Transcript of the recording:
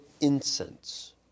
incense